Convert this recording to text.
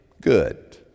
good